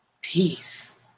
peace